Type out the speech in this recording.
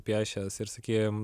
piešęs ir sakykim